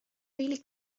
really